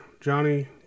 Johnny